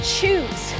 choose